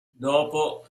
dopo